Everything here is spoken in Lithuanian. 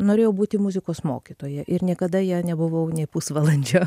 norėjau būti muzikos mokytoja ir niekada ja nebuvau nė pusvalandžio